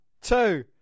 two